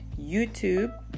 youtube